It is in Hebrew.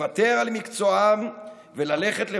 לוותר על מקצועם וללכת,